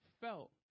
felt